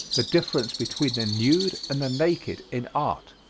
the difference between the nude and the naked in art.